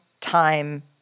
time